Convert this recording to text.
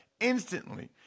instantly